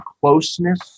closeness